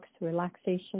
relaxation